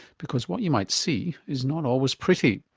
because what you might see is not always pretty.